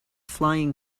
flying